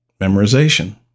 memorization